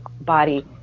body